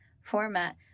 format